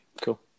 Cool